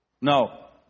No